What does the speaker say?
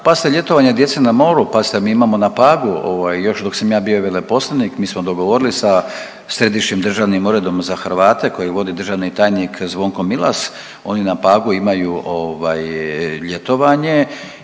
Pazite ljetovanje djece na moru, pazite mi imamo na Pagu ovaj još dok sam ja bio veleposlanik mi smo dogovorili sa Središnjim državnim uredom za Hrvate koji vodi državni tajnik Zvonko Milas, oni na Pagu imaju ovaj ljetovanje